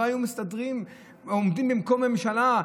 לא היו מסתדרים, הם עומדים במקום ממשלה.